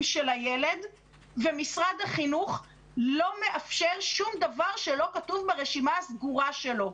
של הילד ומשרד החינוך לא מאפשר שום דבר שלא כתוב ברשימה הסגורה שלו.